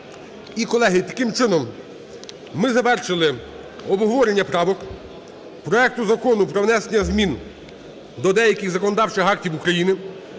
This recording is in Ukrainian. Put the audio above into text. таким чином, ми завершили обговорення правок проекту Закону про внесення змін до деяких законодавчих актів України